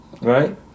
Right